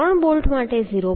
6 ત્રણ બોલ્ટ માટે 0